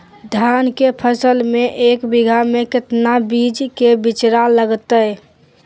धान के फसल में एक बीघा में कितना बीज के बिचड़ा लगतय?